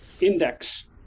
index